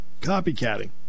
Copycatting